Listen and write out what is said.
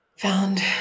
found